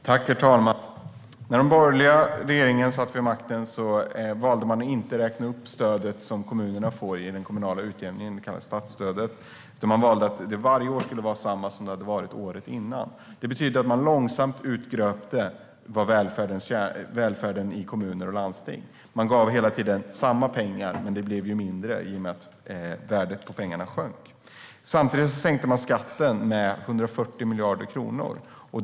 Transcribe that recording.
Herr talman! När den borgerliga regeringen satt vid makten valde man att inte räkna upp stödet som kommunerna får enligt den kommunala utjämningen. Det kallas statsstödet. Varje år skulle stödet vara detsamma som det hade varit året innan. Det betyder att man långsamt urgröpte välfärden i kommuner och landsting. Man gav hela tiden samma pengar, men det blev ju mindre pengar i och med att värdet på pengarna sjönk. Samtidigt sänkte man skatten med 140 miljarder kronor.